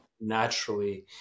naturally